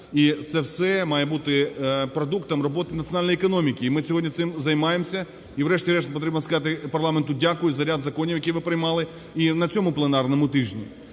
І це все має бути продуктом роботи національної економіки, і ми сьогодні цим займаємося. І, врешті-решт, потрібно сказати парламенту дякую за ряд законів, які ви приймали, і на цьому пленарному тижні,